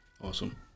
Awesome